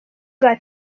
bwa